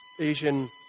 Asian